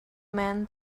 man